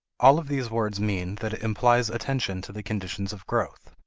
all of these words mean that it implies attention to the conditions of growth.